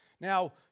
Now